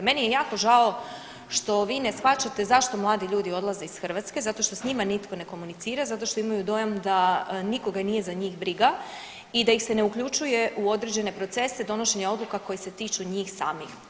Meni je jako žao što vi ne shvaćate zašto mladi ljudi odlaze iz Hrvatske, zato što s njima nitko ne komunicira, zato što imaju dojam da nikoga nije za njih briga i da ih se ne uključuje u određene procese donošenja odluka koje se tiču njih samih.